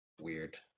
Weird